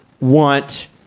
want